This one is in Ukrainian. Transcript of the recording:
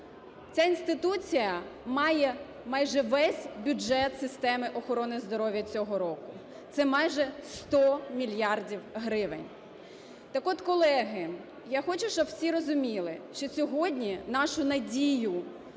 Ця інституція має майже весь бюджет системи охорони здоров'я цього року, це майже 100 мільярдів гривень. Так от, колеги, я хочу, щоб всі розуміли, що сьогодні нашу надію